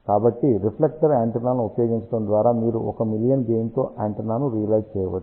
కాబట్టి రిఫ్లెక్టర్ యాంటెన్నాలను ఉపయోగించడం ద్వారా మీరు 1 మిలియన్ గెయిన్ తో యాంటెన్నాను రియలైజ్ చేయవచ్చు